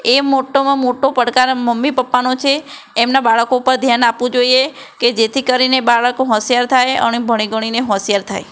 એ મોટોમાં મોટો પડકાર મમ્મી પપ્પાનો છે એમનાં બાળકો ઉપર ધ્યાન આપવું જોઈએ કે જેથી કરીને બાળક હોંશિયાર થાય અને ભણી ગણીને હોંશિયાર થાય